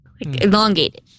elongated